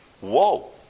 Whoa